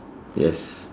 yes